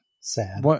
sad